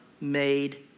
made